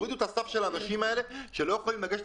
בתי חולים מוציאים מכרזים וכדי לא לעמוד בחוק